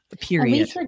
period